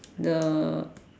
the